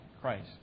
Christ